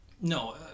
No